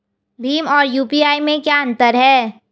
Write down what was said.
भीम और यू.पी.आई में क्या अंतर है?